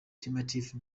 primitive